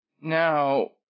Now